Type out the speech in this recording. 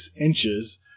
inches